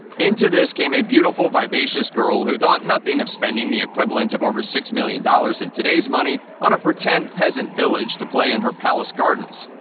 into this came a beautiful, vivacious girl who thought nothing of spending the equivalent of over six million dollars in today's money on a pretend peasant village to play in in her palace gardens.